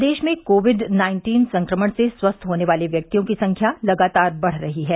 प्रदेश में covid nineteen संक्रमण से स्वस्थ होने वाले व्यक्तियों की संख्या लगातार बढ़ रही है